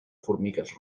formigues